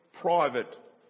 private